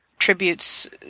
tributes